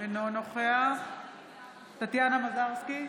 אינו נוכח טטיאנה מזרסקי,